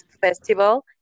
festival